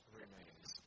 remains